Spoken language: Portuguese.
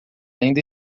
ainda